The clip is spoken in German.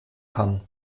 kann